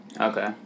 Okay